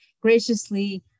graciously